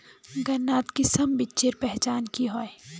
गन्नात किसम बिच्चिर पहचान की होय?